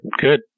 good